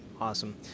awesome